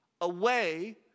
away